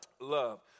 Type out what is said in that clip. Love